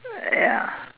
ya